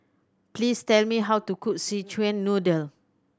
please tell me how to cook Szechuan Noodle